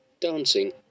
dancing